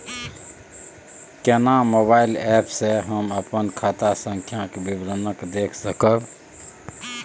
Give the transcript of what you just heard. केना mobile app से हम अपन खाता संख्या के विवरण देख सकब?